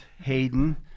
Hayden